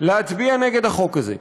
להצביע נגד החוק הזה,